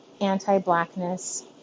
anti-blackness